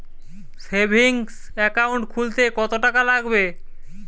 Savings account খুলতে কতটাকা লাগবে?